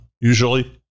Usually